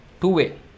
two-way